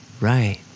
Right